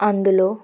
అందులో